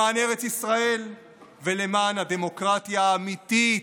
למען ארץ ישראל ולמען הדמוקרטיה האמיתית,